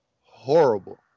horrible